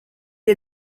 est